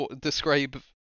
describe